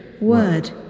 Word